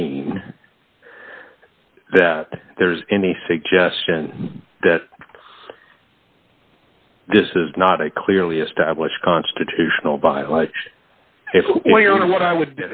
mean that there's any suggestion that this is not a clearly established constitutional by like you know what i would